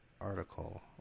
article